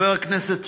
חבר הכנסת סוייד,